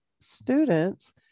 students